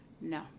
No